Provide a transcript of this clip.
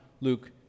Luke